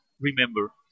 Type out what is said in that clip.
remember